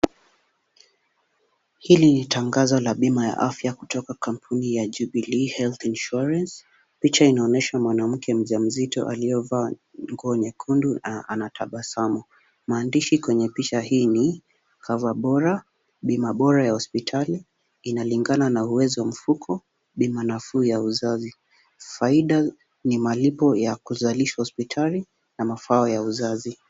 Hili ni tangazo la bima ya afya kutoka kampuni ya Jubilee Health Insurance. Picha inaonyesha mwanamke mjamzito aliyevaa nguo nyekundu anatabasamu. Maandishi kwenye picha hii ni cover [c] bora, bima bora ya hospitali inalingana na uwezo wa mfuko, bima nafuu ya uzazi. Faida ni malipo ya kuzalishwa hospitali na mafao ya uzazi.